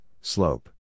slope